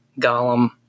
Gollum